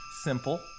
simple